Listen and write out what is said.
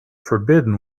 forbidden